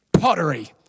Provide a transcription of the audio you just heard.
Pottery